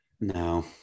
No